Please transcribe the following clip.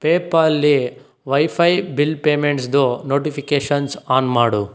ಪೇಪಾಲ್ಲ್ಲಿ wifi bill ಪೇಮೆಂಟ್ಸ್ದು notifications on ಮಾಡು